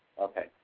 Okay